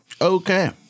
Okay